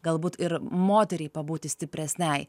galbūt ir moteriai pabūti stipresnei